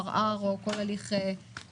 ערר או כל הליך משפטי.